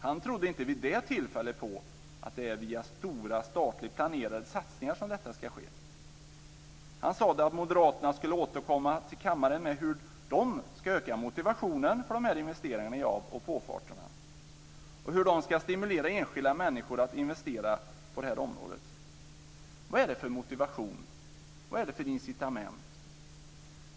Han trodde inte vid det tillfället på att det är via stora statligt planerade satsningar som detta ska ske. Han sade att moderaterna skulle återkomma till kammaren med besked om hur de ska öka motivationen för de här investeringarna i av och påfarter och hur de ska stimulera enskilda människor att investera på det här området. Vad är det för motivation? Vad är det för incitament?